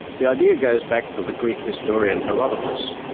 the idea goes back to the greek historian herodotus,